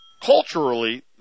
Culturally